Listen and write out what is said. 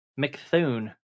McThune